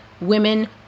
women